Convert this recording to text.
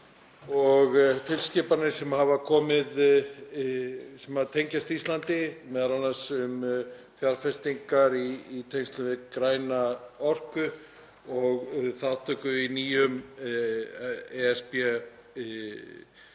og tilskipanir sem hafa komið og tengjast Íslandi, m.a. um fjárfestingar í tengslum við græna orku og þátttöku í nýjum